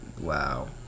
Wow